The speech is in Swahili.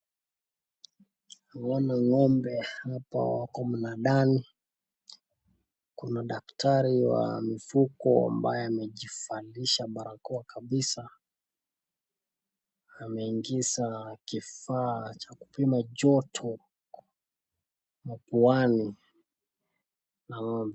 Tunaona ng'ombe hapa wako mnandani, kuna daktari wa mifugo ambaye amejivalisha barakoa kabisa ameingiza kifaa cha kupima joto mapuani ya ng'ombe.